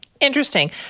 Interesting